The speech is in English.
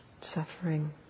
suffering